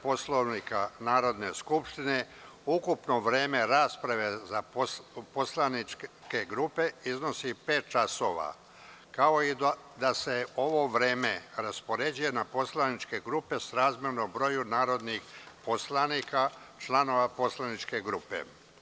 Poslovnika Narodne skupštine ukupno vreme rasprave za poslaničke grupe iznosi pet časova, kao i da se ovo vreme raspoređuje na poslaničke grupe srazmerno broju narodnih poslanika, članova poslaničkih grupa.